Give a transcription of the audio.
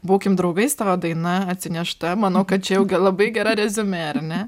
būkim draugais tavo daina atsinešta manau kad čia jau labai gera reziumė ar ne